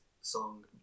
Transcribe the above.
song